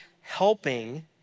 helping